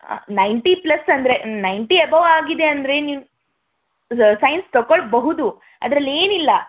ninety plus ಅಂದರೆ ninety above ಆಗಿದೆ ಅಂದರೆ ನೀನು ಸೈನ್ಸ್ ತೊಗೊಳ್ಬಹುದು ಅದ್ರಲ್ಲಿ ಏನಿಲ್ಲ